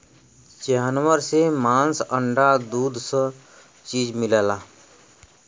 जानवर से मांस अंडा दूध स चीज मिलला